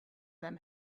them